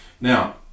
Now